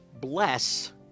bless